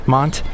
Mont